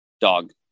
Dog